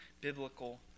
biblical